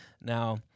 Now